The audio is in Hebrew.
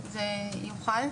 זה יוכל?